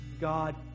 God